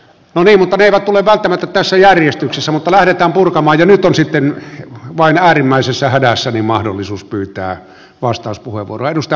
ne eivät tule välttämättä tässä järjestyksessä mutta lähdetään purkamaan ja nyt on sitten vain äärimmäisessä hädässä mahdollisuus pyytää vastauspuheenvuoroa